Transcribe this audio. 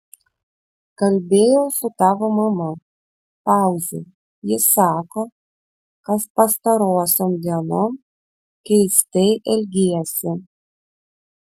kalbėjau su tavo mama pauzė ji sako kad pastarosiom dienom keistai elgiesi